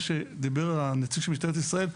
מה שדיבר הנציג של משטרת ישראל,